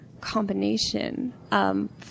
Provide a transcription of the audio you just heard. combination